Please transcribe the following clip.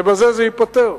ובזה זה ייפתר.